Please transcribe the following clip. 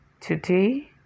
Today